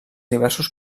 diversos